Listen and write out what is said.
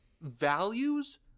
values